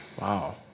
Wow